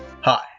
Hi